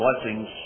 blessings